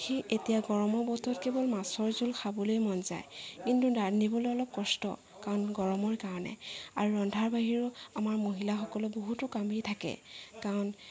সেই এতিয়া গৰমৰ বতৰত কেৱল মাছৰ জোল খাবলৈ মন যায় কিন্তু ৰান্ধিবলৈ অলপ কষ্ট কাৰণ গৰমৰ বতৰ কাৰণে আৰু ৰন্ধাৰ বাহিৰেও আমাৰ মহিলাসকলৰ বহুতো কামেই থাকে কাৰণ